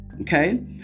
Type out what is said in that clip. okay